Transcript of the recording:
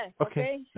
Okay